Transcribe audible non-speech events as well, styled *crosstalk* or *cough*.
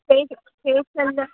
*unintelligible* facial